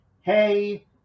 Hey